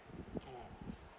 ah